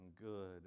good